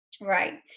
Right